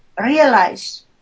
realize